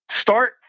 Start